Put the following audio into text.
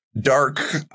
dark